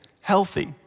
healthy